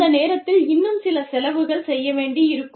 அந்த நேரத்தில் இன்னும் சில செலவுகள் செய்ய வேண்டியிருக்கும்